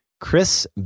chris